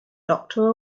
doctor